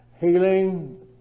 healing